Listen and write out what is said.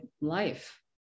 life